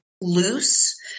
loose